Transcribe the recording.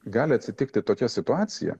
gali atsitikti tokia situacija